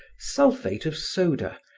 sulphate of soda,